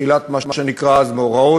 תחילת מה שנקרא אז מאורעות,